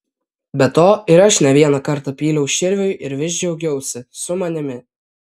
be to ir aš ne vieną kartą pyliau širviui ir vis džiaugiausi su manimi